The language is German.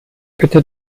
bitte